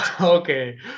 Okay